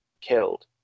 killed